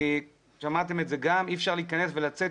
שמעתם שאי אפשר להיכנס ולצאת,